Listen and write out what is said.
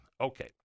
Okay